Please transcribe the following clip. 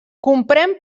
comprèn